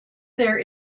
there